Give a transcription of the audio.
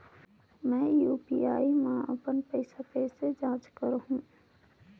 मैं यू.पी.आई मा अपन पइसा कइसे जांच करहु?